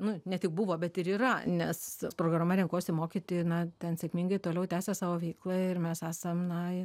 nu ne tik buvo bet ir yra nes programa renkuosi mokyti na ten sėkmingai toliau tęsia savo veiklą ir mes esam na